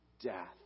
death